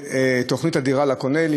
(תיקון, חובת מסירת תוכניות הדירה לָקוּנָה),